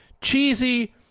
cheesy